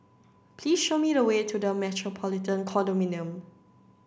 please show me the way to The Metropolitan Condominium